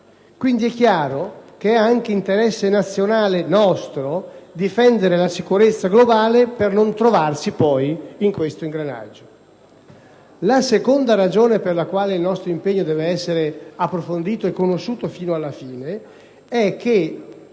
quindi che è anche un nostro interesse nazionale difendere la sicurezza globale per non trovarci poi in questo ingranaggio. La seconda ragione per la quale il nostro impegno deve essere approfondito e conosciuto fino alla fine, è che